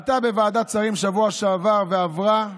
ההצעה עלתה בוועדת שרים בשבוע שעבר ועברה,